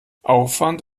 aufwand